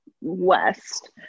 west